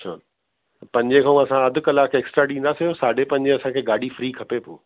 अच्छा पंजे खां असां अधि कलाक एक्स्ट्रा ॾींदासीं साढ़े पंजे असांखे गाॾी फ्री खपे पोइ